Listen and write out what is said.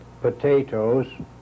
potatoes